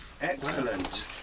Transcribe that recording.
Excellent